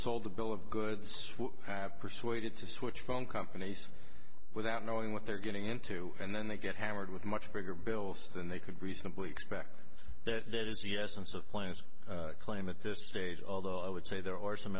sold a bill of goods have persuaded to switch phone companies without knowing what they're getting into and then they get hammered with much bigger bills than they could reasonably expect that is yes and supply is a claim at this stage although i would say there are some